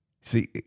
See